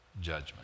judgment